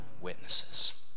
witnesses